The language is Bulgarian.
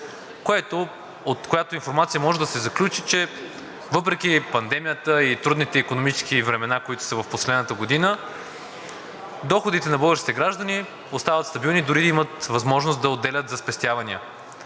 от която информация може да се заключи, че въпреки пандемията и трудните икономически времена, които са в последната година, доходите на българските граждани остават стабилни, дори имат възможност да отделят за спестявания.